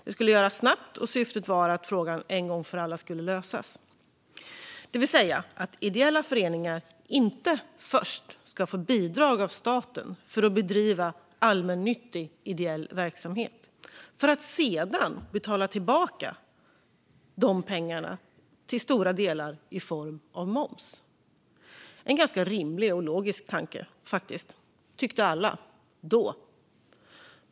Det skulle göras snabbt, och syftet var att frågan en gång för alla skulle lösas, det vill säga att ideella föreningar inte först ska få bidrag av staten för att bedriva allmännyttig ideell verksamhet, för att sedan till stor del betala tillbaka de pengarna i form av moms - en ganska rimlig och logisk tanke, tyckte alla då.